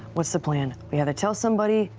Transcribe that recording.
what's the plan? we either tell somebody,